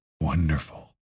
wonderful